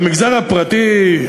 במגזר הפרטי,